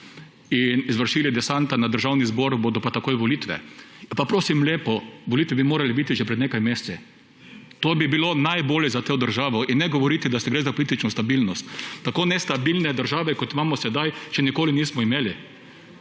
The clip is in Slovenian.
in izvršili desanta nad Državni zbor, bodo pa takoj volitve … Pa prosim lepo, volitve bi morale biti že pred nekaj meseci. To bi bilo najbolje za to državo. In ne govoriti, da gre za politično stabilnost. Tako nestabilne države, kot jo imamo sedaj, še nikoli nismo imeli.